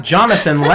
Jonathan